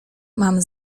mam